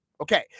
Okay